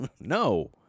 No